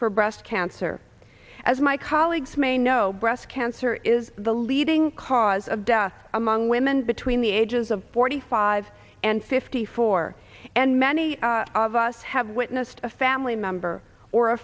for breast cancer as my colleagues may know breast cancer is the leading cause of death among women between the ages of forty five and fifty four and many of us have witnessed a family member or a